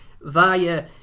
via